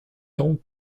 tant